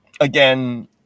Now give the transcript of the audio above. again